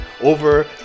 over